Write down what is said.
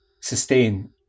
sustain